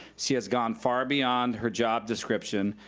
she has gone far beyond her job description,